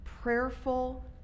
prayerful